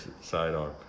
sidearm